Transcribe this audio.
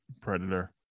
Predator